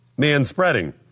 Manspreading